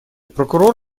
прокурор